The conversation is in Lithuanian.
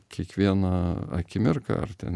kiekvieną akimirką ar ten